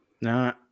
No